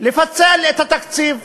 לפצל את התקציב.